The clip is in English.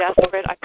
desperate